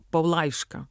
po laišką